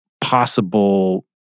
possible